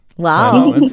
Wow